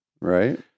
Right